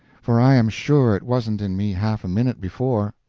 for i am sure it wasn't in me half a minute before.